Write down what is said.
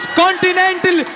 continental